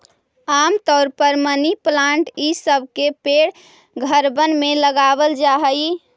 आम तौर पर मनी प्लांट ई सब के पेड़ घरबन में लगाबल जा हई